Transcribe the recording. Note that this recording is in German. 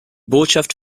botschaft